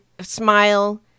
Smile